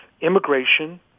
immigration